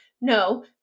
No